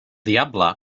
diable